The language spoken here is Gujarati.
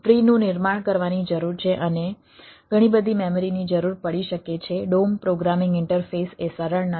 ટ્રીનું નિર્માણ કરવાની જરૂર છે અને ઘણી બધી મેમરીની જરૂર પડી શકે છે DOM પ્રોગ્રામિંગ ઈન્ટરફેસ એ સરળ નથી